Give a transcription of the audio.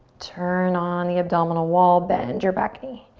turn on the abdominal wall, bend your back knee.